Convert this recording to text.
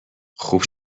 خوب